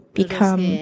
become